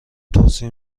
توصیه